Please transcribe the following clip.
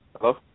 Hello